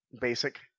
basic